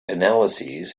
analyses